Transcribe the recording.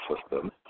system